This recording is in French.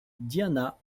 diana